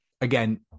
again